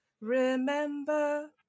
Remember